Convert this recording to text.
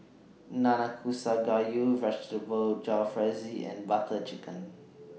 Nanakusa Gayu Vegetable Jalfrezi and Butter Chicken